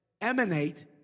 emanate